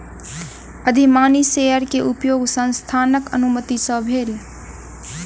अधिमानी शेयर के उपयोग संस्थानक अनुमति सॅ भेल